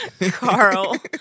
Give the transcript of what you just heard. Carl